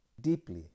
deeply